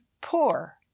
poor